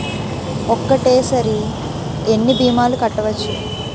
ఒక్కటేసరి ఎన్ని భీమాలు కట్టవచ్చు?